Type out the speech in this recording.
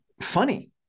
funny